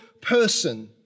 person